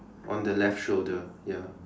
on the left shoulder ya